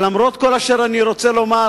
אבל למרות כל אשר אני רוצה לומר,